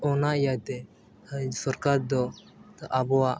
ᱚᱱᱟ ᱤᱭᱟᱭᱛᱮ ᱟᱭ ᱥᱚᱨᱠᱟᱨ ᱫᱚ ᱛᱚ ᱟᱵᱚᱣᱟᱜ